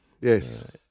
Yes